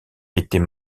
était